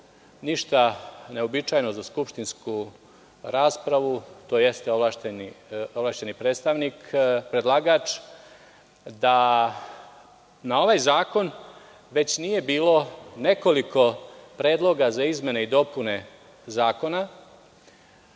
ništa neuobičajeno za skupštinsku raspravu, to jeste ovlašćeni predlagač, da na ovaj zakon već nije bilo nekoliko predloga za izmene i dopune